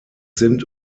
sind